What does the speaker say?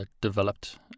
developed